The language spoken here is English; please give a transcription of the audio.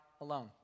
alone